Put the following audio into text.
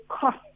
cost